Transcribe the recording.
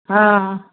हँ